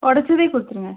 ஒடைச்சதே கொடுத்துருங்க